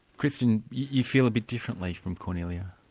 christian, you feel a bit differently from kornelia.